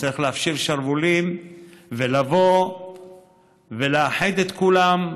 צריך להפשיל שרוולים ולבוא ולאחד את כולם,